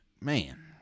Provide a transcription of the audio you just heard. man